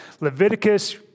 Leviticus